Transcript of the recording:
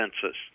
census